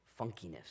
funkiness